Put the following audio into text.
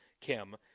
Kim